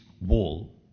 wall